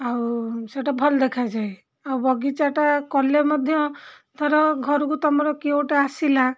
ଆଉ ସେଇଟା ଭଲ ଦେଖାଯାଏ ଆଉ ବଗିଚାଟା କଲେ ମଧ୍ୟ ଧର ଘରକୁ ତୁମର କିଏ ଗୋଟେ ଆସିଲା